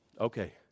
Okay